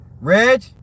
Reg